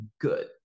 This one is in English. good